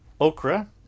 okra